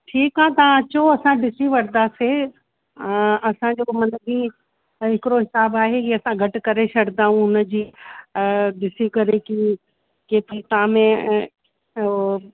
ठीकु आहे तव्हां अचो असां ॾिसी वठंदासीं असांजो मतिलब हीअ त हिकिड़ो हिसाबु आहे की असां घटि करे छड़िंदा ऐं उनजी ॾिसी करे की के की तव्हां में हो